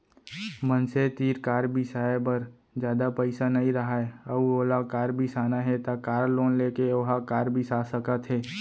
मनसे तीर कार बिसाए बर जादा पइसा नइ राहय अउ ओला कार बिसाना हे त कार लोन लेके ओहा कार बिसा सकत हे